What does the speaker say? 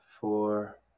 four